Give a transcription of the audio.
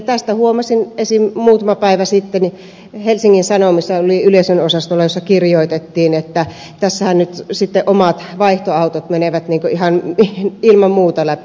tästä huomasin esimerkiksi muutama päivä sitten että helsingin sanomissa yleisönosastolla kirjoitettiin että tässähän nyt sitten omat vaihtoautot menevät ihan ilman muuta läpi